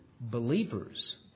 Believers